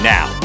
Now